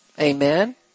Amen